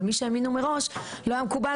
אבל מי שהם מינו מראש לא היה מקובל